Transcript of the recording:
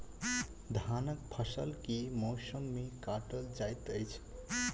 धानक फसल केँ मौसम मे काटल जाइत अछि?